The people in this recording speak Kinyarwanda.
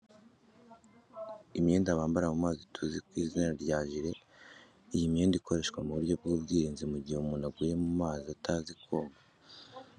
Imyenda bambara mu mazi tuzi ku izina rya jire. Iyi myenda ikoreshwa mu buryo bw'ubwirinzi mu gihe umuntu aguye mu mazi atazi koga. Kubera ko iba ihazemo umwuka ituma umuntu uyambaye adacubira mu mazi hasi ahubwo akareremba ibyo byorohereza abatabazi kumuvanamo ataragira icyo aba.